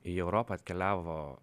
į europą atkeliavo